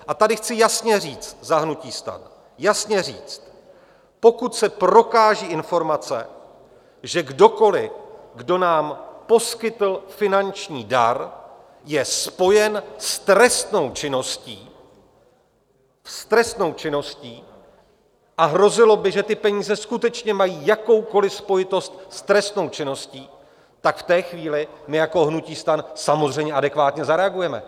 A tady chci jasně říct za hnutí STAN, jasně říct, pokud se prokážou informace, že kdokoli, kdo nám poskytl finanční dar, je spojen s trestnou činností s trestnou činností a hrozilo by, že ty peníze skutečně mají jakoukoli spojitost s trestnou činností, tak v té chvíli my jako hnutí STAN samozřejmě adekvátně zareagujeme.